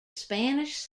spanish